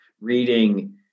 reading